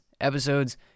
episodes